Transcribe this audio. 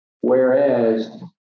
Whereas